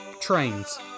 Trains